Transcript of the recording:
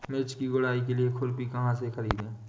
मिर्च की गुड़ाई के लिए खुरपी कहाँ से ख़रीदे?